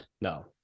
No